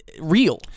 real